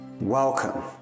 Welcome